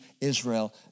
Israel